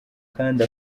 kandi